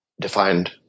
defined